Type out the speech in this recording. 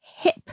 Hip